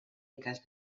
ikas